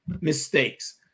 mistakes